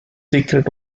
secret